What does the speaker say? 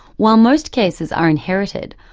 while most cases are inherited,